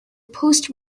post